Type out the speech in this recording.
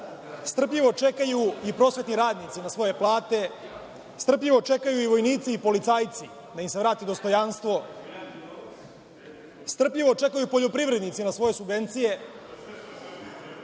strpljivo čekaju i prosvetni radnici na svoje plate, strpljivo čekaju i vojnici i policajci da im se vrati dostojanstvo, strpljivo čekaju poljoprivrednici na svoje subvencije,